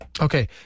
Okay